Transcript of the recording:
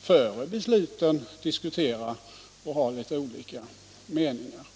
före besluten diskutera och ha litet olika meningar.